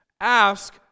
Ask